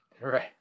right